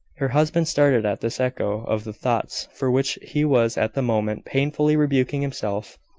her husband started at this echo of the thoughts for which he was at the moment painfully rebuking himself.